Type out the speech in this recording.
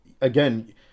again